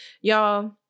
Y'all